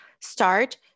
start